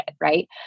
right